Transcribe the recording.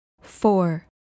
four